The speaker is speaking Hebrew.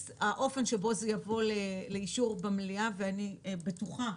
האופן שבו זה יבוא לאישור במליאה ואני בטוחה,